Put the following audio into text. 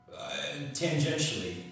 tangentially